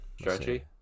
Stretchy